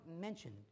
mentioned